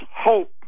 hope